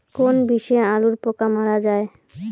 কোন বিষে আলুর পোকা মারা যায়?